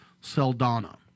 Saldana